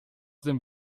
dem